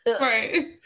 Right